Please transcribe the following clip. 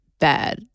bad